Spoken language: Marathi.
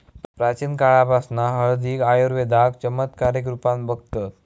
प्राचीन काळापासना हळदीक आयुर्वेदात चमत्कारीक रुपात बघतत